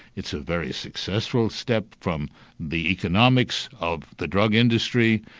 it's a very successful step from the economics of the drug industry,